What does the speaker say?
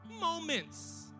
moments